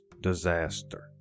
disaster